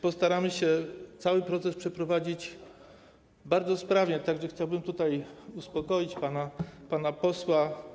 Postaramy się cały proces przeprowadzić bardzo sprawnie, tak że chciałbym tutaj uspokoić pana posła.